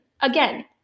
Again